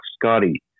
Scotty